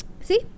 See